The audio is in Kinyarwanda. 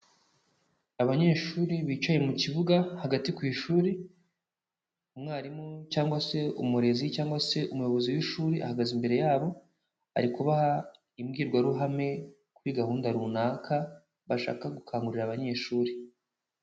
Abanyeshuri bicaye mu kibuga hagati ku ishuri, umwarimu cyangwa se umurezi cyangwa se umuyobozi w'ishuri ahagaze imbere yabo, ari kubaha imbwirwaruhame kuri gahunda runaka, bashaka gukangurira abanyeshuri.